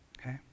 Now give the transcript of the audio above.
Okay